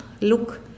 look